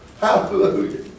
Hallelujah